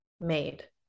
made